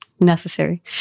Necessary